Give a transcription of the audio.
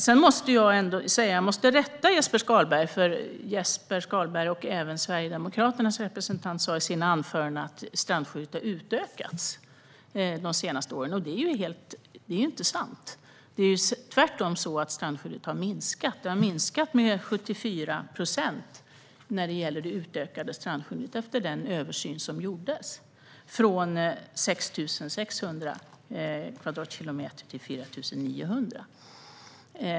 Jag måste också rätta Jesper Skalberg Karlsson och Sverigedemokraternas representant, som i sina anföranden sa att strandskyddet har utökats de senaste åren. Det är inte sant. Tvärtom har strandskyddet minskats till 74 procent efter den översyn som gjordes. Det har minskat från 6 600 kvadratkilometer till 4 900.